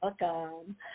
welcome